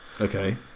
Okay